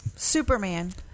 superman